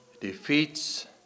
defeats